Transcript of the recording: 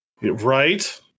Right